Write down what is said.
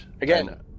Again